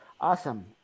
awesome